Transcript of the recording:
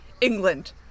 England